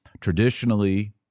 Traditionally